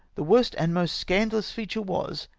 the worst and most scandalous feature was,